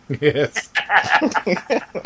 yes